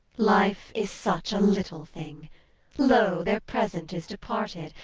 life is such a little thing lo, their present is departed,